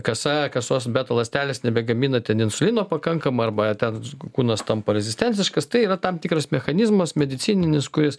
kasa kasos beta ląstelės nebegamina ten insulino pakankamai arba ten kūnas tampa rezistentiškas tai yra tam tikras mechanizmas medicininis kuris